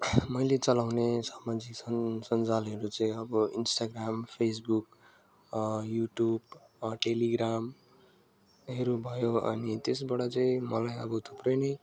मैले चलाउने सामाजिक सन् सञ्जालहरू चाहिँ अब इन्सटाग्राम फेसबुक युट्युब टेलिग्रामहरू भयो अनि त्यसबाट चाहिँ मलाई अब थुप्रै नै